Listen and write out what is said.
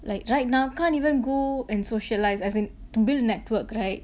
like right now can't even go and socialise as in to build network right